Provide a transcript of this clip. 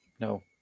No